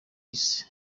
isi